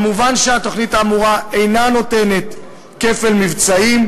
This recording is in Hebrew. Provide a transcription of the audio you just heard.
מובן שהתוכנית האמורה אינה נותנת כפל מבצעים,